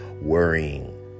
worrying